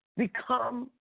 Become